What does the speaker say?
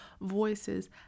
voices